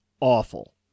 awful